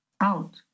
out